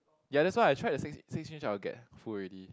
ya that's why I try the six six inches I will get full already